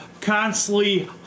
constantly